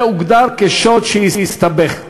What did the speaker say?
זה הוגדר כשוד שהסתבך.